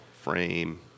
frame